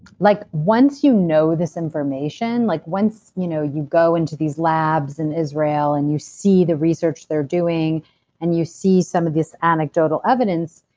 like once you know this information, like once you know you go into these labs in israel and you see the research they're doing and you see some of this anecdotal evidence,